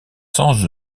sans